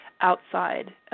outside